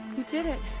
you did it!